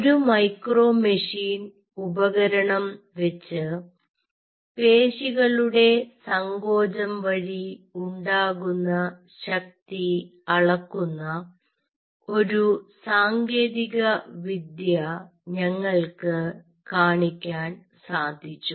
ഒരു micro machine ഉപകരണം വെച്ച് പേശികളുടെ സങ്കോചം വഴി ഉണ്ടാകുന്ന ശക്തി അളക്കുന്ന ഒരു സാങ്കേതിക വിദ്യ ഞങ്ങൾക്ക് കാണിക്കാൻ സാധിച്ചു